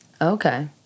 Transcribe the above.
Okay